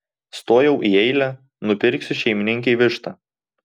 stojau į eilę nupirksiu šeimininkei vištą